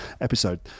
episode